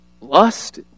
lust